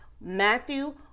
Matthew